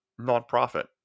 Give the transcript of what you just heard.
nonprofit